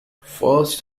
first